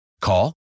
Call